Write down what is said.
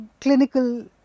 clinical